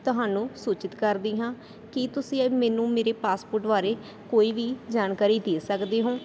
ਤੁਹਾਨੂੰ ਸੂਚਿਤ ਕਰਦੀ ਹਾਂ ਕੀ ਤੁਸੀਂ ਏ ਮੈਨੂੰ ਮੇਰੇ ਪਾਸਪੋਰਟ ਬਾਰੇ ਕੋਈ ਵੀ ਜਾਣਕਾਰੀ ਦੇ ਸਕਦੇ ਹੋ